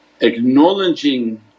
acknowledging